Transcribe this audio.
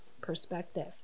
perspective